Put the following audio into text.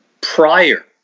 prior